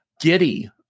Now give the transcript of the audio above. giddy